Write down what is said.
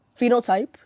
Phenotype